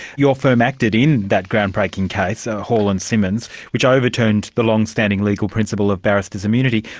your firm acted in that groundbreaking case, hall and simons, which overturned the longstanding legal principle of barristers' immunity.